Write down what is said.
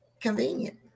Convenient